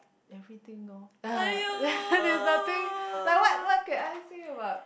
everything lor (uh huh) there's nothing like what what can I say about